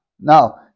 now